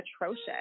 atrocious